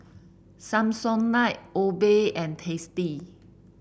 Samsonite Obey and Tasty